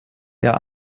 der